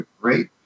great